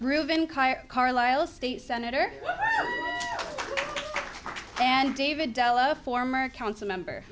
ruben carlisle state senator and david della former council member